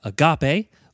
agape